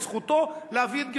את זכותו להביא את גרסתו,